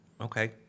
Okay